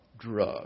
drug